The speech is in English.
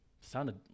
Sounded